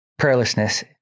Prayerlessness